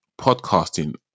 podcasting